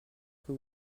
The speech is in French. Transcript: que